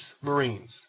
Marines